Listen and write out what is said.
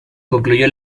concluyó